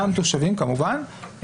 גם תושבים, כמובן.